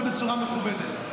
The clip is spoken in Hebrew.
אבל בצורה מכובדת.